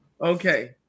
Okay